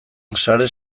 sare